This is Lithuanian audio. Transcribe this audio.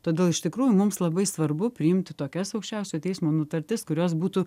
todėl iš tikrųjų mums labai svarbu priimti tokias aukščiausiojo teismo nutartis kurios būtų